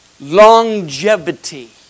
Longevity